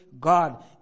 God